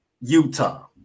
Utah